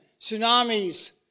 tsunamis